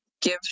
give